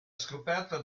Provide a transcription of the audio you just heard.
scoperta